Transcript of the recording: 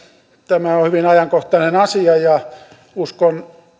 tämä on hyvin ajankohtainen asia ja uskon